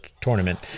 tournament